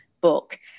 book